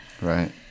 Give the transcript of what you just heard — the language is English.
Right